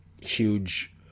huge